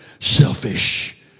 Selfish